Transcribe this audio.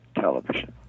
Television